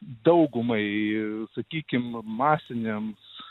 daugumai sakykim masinėms